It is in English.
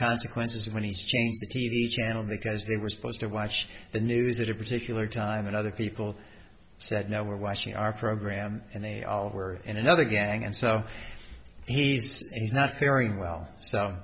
consequences when he's changed the t v channel because they were supposed to watch the news that a particular time and other people said no we're watching our program and they all were in another gang and so he's he's not faring well so